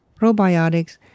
probiotics